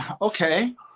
okay